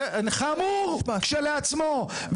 חמור כשלעצמו.